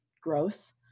gross